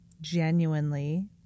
genuinely